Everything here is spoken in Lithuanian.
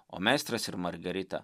o meistras ir margarita